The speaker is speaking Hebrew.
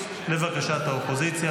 לבקשת האופוזיציה.